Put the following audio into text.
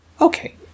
okay